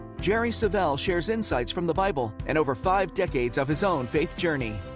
jerry savelle shares insights from the bible and over five decades of his own faith journey.